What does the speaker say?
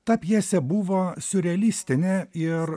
ta pjesė buvo siurrealistinė ir